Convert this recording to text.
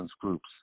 groups